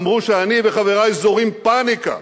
אמרו שאני וחברי זורים פניקה.